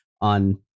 on